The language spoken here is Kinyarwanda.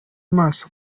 maso